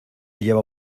lleva